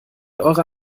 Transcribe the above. eurer